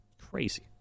Crazy